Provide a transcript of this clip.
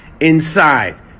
inside